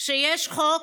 שיש חוק,